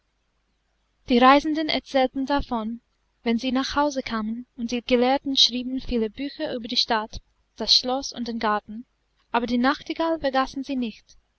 die reisenden erzählten davon wenn sie nach hause kamen und die gelehrten schrieben viele bücher über die stadt das schloß und den garten aber die nachtigall vergaßen sie nicht